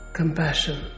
compassion